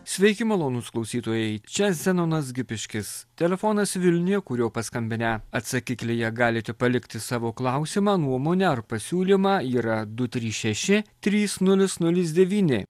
sveiki malonūs klausytojai čia zenonas gipiškis telefonas vilniuje kuriuo paskambinę atsakiklyje galite palikti savo klausimą nuomonę ar pasiūlymą yra du trys šeši trys nulis nulis devyni